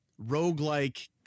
roguelike